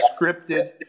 scripted